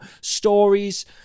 Stories